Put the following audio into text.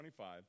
25